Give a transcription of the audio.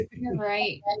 Right